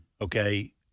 okay